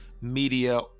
media